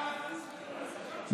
לסעיף 5 לא נתקבלה.